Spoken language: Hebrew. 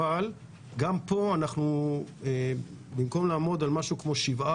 אבל גם פה במקום לעמוד על משהו כמו 7%,